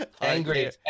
Angry